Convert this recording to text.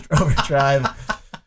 Overdrive